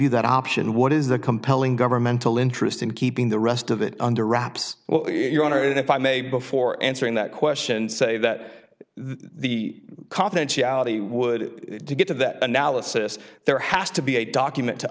you that option what is the compelling governmental interest in keeping the rest of it under wraps well your honor if i may before answering that question say that the confidentiality would to get to that analysis there has to be a document to